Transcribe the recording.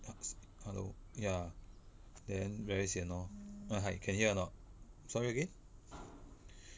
hello ya then very sian lor hi hi can hear or not sorry again